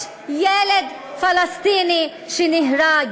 יש ילד פלסטיני שנהרג.